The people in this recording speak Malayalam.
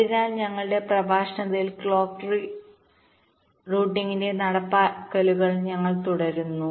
അതിനാൽ ഞങ്ങളുടെ അടുത്ത പ്രഭാഷണത്തിൽ ക്ലോക്ക് ട്രീ റൂട്ടിംഗിന്റെ മറ്റ് നടപ്പാക്കലുകൾ ഞങ്ങൾ തുടരുന്നു